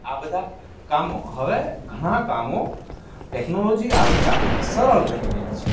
આ બધા કામો હવે ઘણાં કામો ટેકનોલોજી આવતા સરળ બની રયા છે